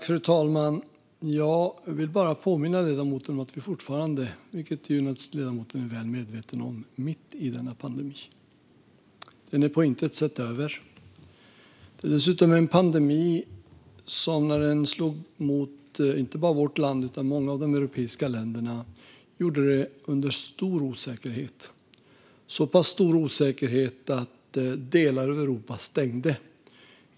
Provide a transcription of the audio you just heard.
Fru talman! Jag vill bara påminna ledamoten om att vi fortfarande, vilket ledamoten naturligtvis är väl medveten om, är mitt i denna pandemi. Den är på intet sätt över. Det är dessutom en pandemi som när den slog mot inte bara vårt land utan mot många av de europeiska länderna gjorde det under stor osäkerhet - så pass stor osäkerhet att delar av Europa stängde.